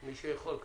מי שיכול כמובן.